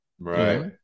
Right